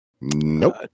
Nope